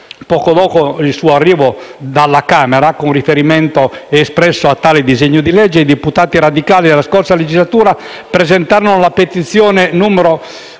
Poco dopo il suo arrivo dalla Camera dei deputati, con riferimento espresso a tale disegno di legge i deputati radicali della scorsa legislatura presentarono la petizione n.